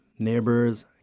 neighbors